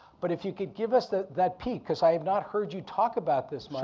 but if you could give us that that peek cause i have not heard you talk about this much,